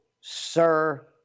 Sir